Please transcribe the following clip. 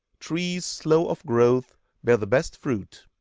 trees slow of growth bear the best fruit.